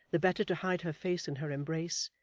the better to hide her face in her embrace,